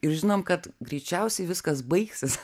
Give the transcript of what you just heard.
ir žinom kad greičiausiai viskas baigsis